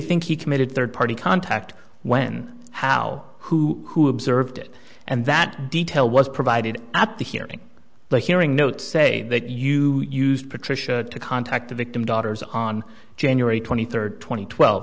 think he committed third party contact when how who who observed it and that detail was provided at the hearing the hearing notes say that you used patricia to contact the victim daughters on january twenty third tw